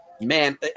man